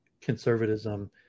conservatism